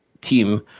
team